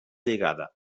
lligada